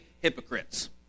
Hypocrites